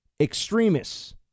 extremists